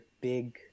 big